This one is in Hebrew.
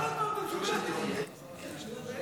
אנחנו נצביע